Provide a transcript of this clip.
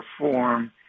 perform